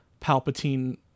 Palpatine